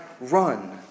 run